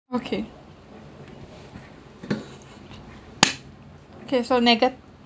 okay so